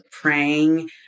praying